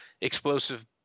explosive